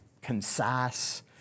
concise